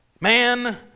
man